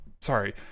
sorry